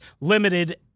limited